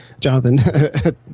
Jonathan